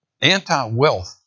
anti-wealth